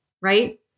right